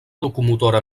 locomotora